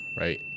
right